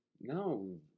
No